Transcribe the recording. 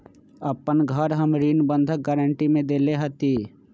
अपन घर हम ऋण बंधक गरान्टी में देले हती